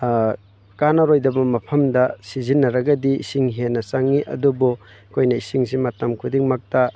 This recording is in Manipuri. ꯀꯥꯟꯅꯔꯣꯏꯗꯕ ꯃꯐꯝꯗ ꯁꯤꯖꯤꯟꯅꯔꯒꯗꯤ ꯏꯁꯤꯡ ꯍꯦꯟꯅ ꯆꯪꯉꯤ ꯑꯗꯨꯕꯨ ꯑꯩꯈꯣꯏꯅ ꯏꯁꯤꯡꯁꯤ ꯃꯇꯝ ꯈꯨꯗꯤꯡꯃꯛꯇ